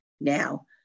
now